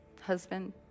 husband